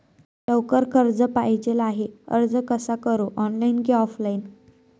लवकर कर्ज पाहिजे आहे अर्ज कसा करु ऑनलाइन कि ऑफलाइन?